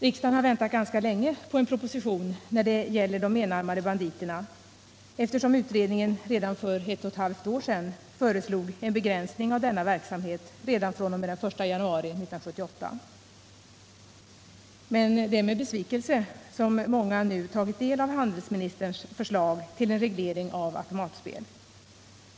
Riksdagen har väntat ganska länge på en proposition när det gäller de enarmade banditerna, eftersom utredningen redan för ett och ett halvt år sedan föreslog en begränsning av denna verksamhet fr.o.m. den 1 januari 1978. Det är med besvikelse som många nu tagit del av handelsministerns förslag till reglering av automatspel.